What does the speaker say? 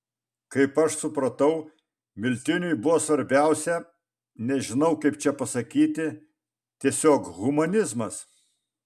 kaip aš supratau miltiniui buvo svarbiausia nežinau kaip čia pasakyti tiesiog humanizmas